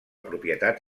propietat